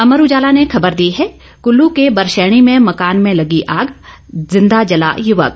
अमर उजाला ने खबर दी है कुल्लू के बरशैणी में मकान में लगी आग जिंदा जला युवक